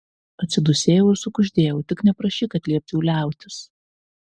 atsidūsėjau ir sukuždėjau tik neprašyk kad liepčiau liautis